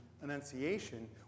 Annunciation